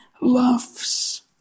loves